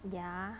ya